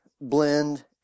blend